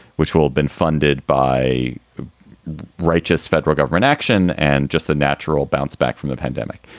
which will been funded by a righteous federal government action and just a natural bounce back from the pandemic.